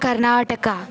Karnataka